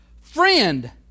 Friend